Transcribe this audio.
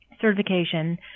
certification